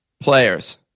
Players